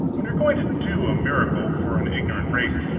when you are going to do a miracle for an ignorant race,